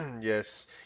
Yes